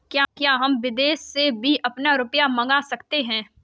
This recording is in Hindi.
क्या हम विदेश से भी अपना रुपया मंगा सकते हैं?